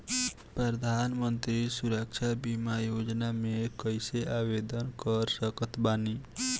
प्रधानमंत्री सुरक्षा बीमा योजना मे कैसे आवेदन कर सकत बानी?